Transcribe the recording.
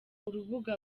urubuga